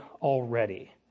already